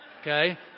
okay